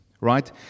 right